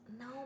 No